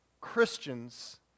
Christians